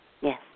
Yes